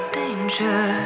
danger